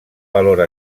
valor